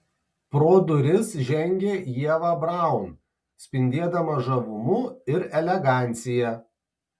pro duris žengė ieva braun spindėdama žavumu ir elegancija